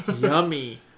yummy